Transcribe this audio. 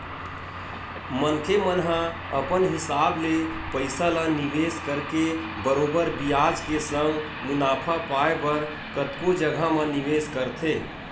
मनखे मन ह अपन हिसाब ले पइसा ल निवेस करके बरोबर बियाज के संग मुनाफा पाय बर कतको जघा म निवेस करथे